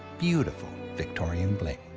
beautiful victorian bling.